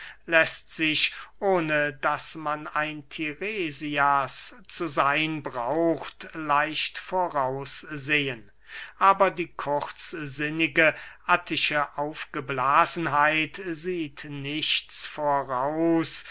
läßt sich ohne daß man ein tiresias zu seyn braucht leicht voraus sehen aber die kurzsinnige attische aufgeblasenheit sieht nichts voraus